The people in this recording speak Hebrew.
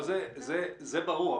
זה ברור.